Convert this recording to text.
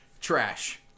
Trash